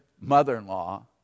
mother-in-law